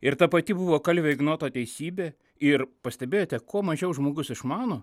ir ta pati buvo kalvio ignoto teisybė ir pastebėjote kuo mažiau žmogus išmano